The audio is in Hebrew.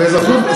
באזרחות.